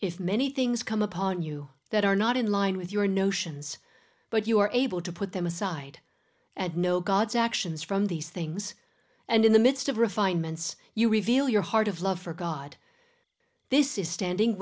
if many things come upon you that are not in line with your notions but you are able to put them aside and know god's actions from these things and in the midst of refinements you reveal your heart of love for god this is standing